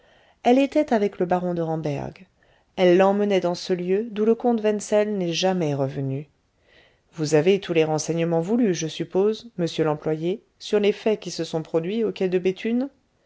elle était avec le baron de ramberg elle l'emmenait dans ce lieu d'où le comte wensel n'est jamais revenu vous avez tous les renseignements voulus je suppose monsieur l'employé sur les faits qui se sont produits au quai de béthune